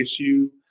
issue